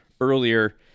earlier